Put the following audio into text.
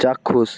চাক্ষুষ